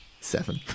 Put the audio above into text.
Seven